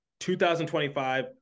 2025